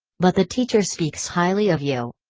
but the teacher speaks highly of you.